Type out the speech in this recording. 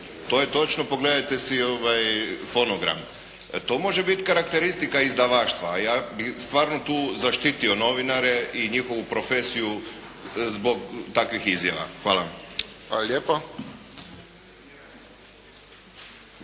To je točno. Pogledajte si fonogram. To može biti karakteristika izdavaštva, a ja bih stvarno tu zaštitio novinare i njihovu profesiju zbog takvih izjava. Hvala. **Friščić,